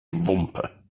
wumpe